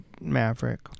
Maverick